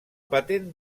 patent